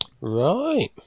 Right